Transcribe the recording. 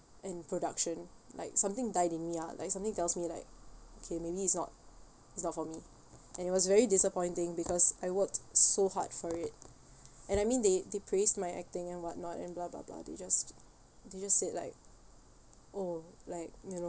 and production like something died in me ah like something tells me like okay maybe it's not it's not for me and it was very disappointing because I worked so hard for it and I mean they they praise my acting and whatnot and blah blah blah they just they just said like oh like you know